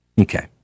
Okay